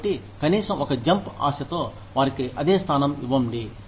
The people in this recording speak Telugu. కాబట్టి కనీసం ఒక జంప్ ఆశతో వారికి అదే స్థానం ఇవ్వండి